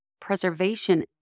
Preservation